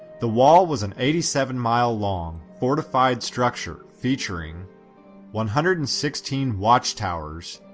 the wall was an eighty seven mile long fortified structure featuring one hundred and sixteen watch towers,